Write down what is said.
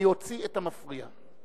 אני אוציא את המפריע.